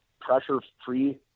pressure-free